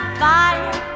fire